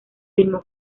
firmó